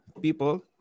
people